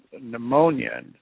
pneumonia